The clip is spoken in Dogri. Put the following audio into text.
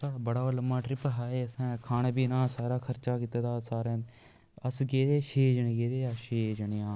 बड़ा लम्मां ट्रिप हा एह् असें खाने पीने दा सारा खर्चा कीते दा सारें अस गेदे हे छे जने गेदे हे अस छे जने हां